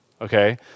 Okay